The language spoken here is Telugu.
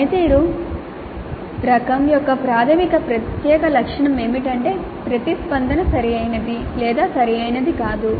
పనితీరు రకం యొక్క ప్రాధమిక ప్రత్యేక లక్షణం ఏమిటంటే ప్రతిస్పందన సరైనది లేదా సరైనది కాదు